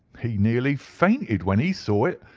he nearly fainted when he saw it.